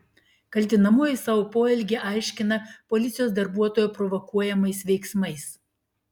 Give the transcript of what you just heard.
kaltinamoji savo poelgį aiškina policijos darbuotojo provokuojamais veiksmais